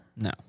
No